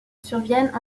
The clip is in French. surviennent